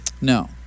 No